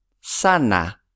Sana